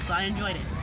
i enjoyed it.